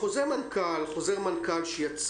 חוזר מנכ"ל שיצא,